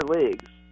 leagues